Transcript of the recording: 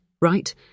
right